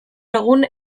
egun